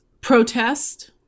protest